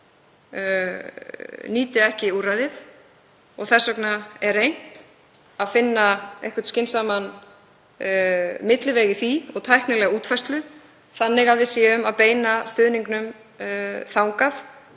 nýti ekki úrræðið. Þess vegna er reynt að finna einhvern skynsamlegan milliveg í því og tæknilega útfærslu þannig að við séum að beina stuðningnum þangað